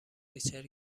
ریچل